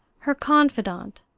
her confidant,